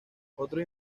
otros